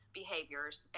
behaviors